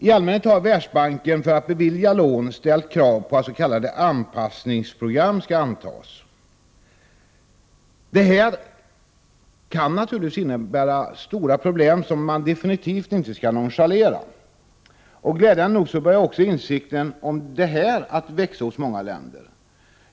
I allmänhet har Världsbanken, för att bevilja lån, ställt krav på att s.k. anpassningsprogram skall antas. Detta kan naturligtvis innebära stora problem som definitivt inte skall nonchaleras. Glädjande nog börjar också insikten om detta växa i många länder.